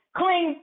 clean